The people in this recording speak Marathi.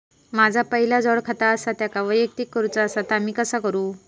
माझा पहिला जोडखाता आसा त्याका वैयक्तिक करूचा असा ता मी कसा करू?